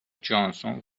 جانسون